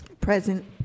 Present